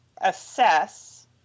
assess